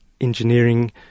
engineering